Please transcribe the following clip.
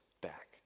back